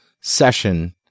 session